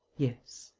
yes.